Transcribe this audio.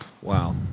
Wow